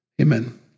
Amen